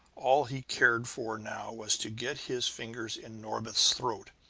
all he cared for now was to get his fingers in norbith's throat.